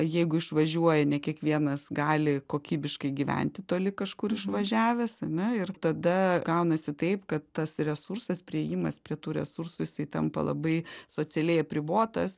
jeigu išvažiuoja ne kiekvienas gali kokybiškai gyventi toli kažkur išvažiavęs ane ir tada gaunasi taip kad tas resursas priėjimas prie tų resursų jisai tampa labai socialiai apribotas